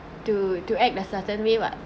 to to act the certain way [what]